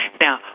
Now